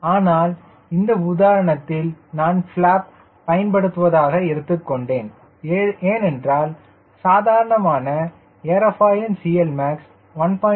ஆனால் இந்த உதாரணத்தில் நான் ப்லாப் பயன்படுத்துவதாக எடுத்துக்கொண்டேன் ஏனென்றால் சாதாரண ஏர்ஃபாயிலின் CLmax 1